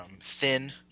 thin